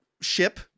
ship